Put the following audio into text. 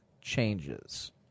changes